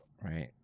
right